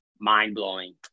mind-blowing